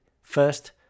first